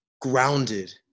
grounded